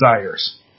desires